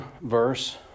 verse